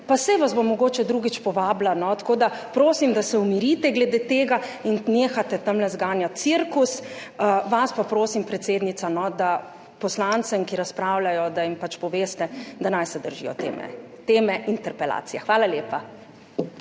pa saj vas bom mogoče drugič povabila. Prosim, da se umirite glede tega in nehate tamle zganjati cirkus. Vas pa prosim, predsednica, da poslancem, ki razpravljajo, pač poveste, da se naj držijo teme interpelacije. Hvala lepa.